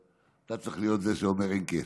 אתה צריך להיות זה שאומר אין כסף,